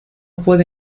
puede